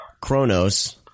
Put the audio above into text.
Chronos